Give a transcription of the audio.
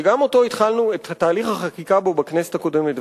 וגם את תהליך החקיקה בו התחלנו בכנסת הקודמת,